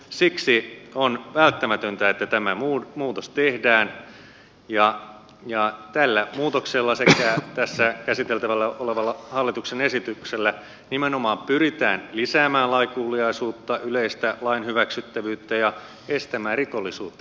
siksi on välttämätöntä että tämä muutos tehdään ja tällä muutoksella sekä tässä käsiteltävänä olevalla hallituksen esityksellä nimenomaan pyritään lisäämään lainkuuliaisuutta yleistä lain hyväksyttävyyttä ja estämään rikollisuutta